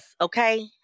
okay